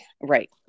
Right